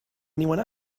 anyone